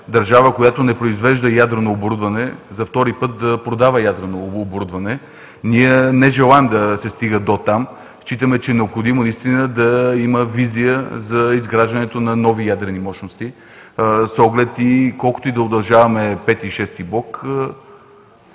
държава, която не произвежда ядрено оборудване, за втори път да продава ядрено оборудване. Не желаем да се стига дотам. Считаме, че е необходимо да има визия за изграждането на нови ядрени мощности – колкото и да удължаваме пети